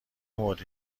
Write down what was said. مورد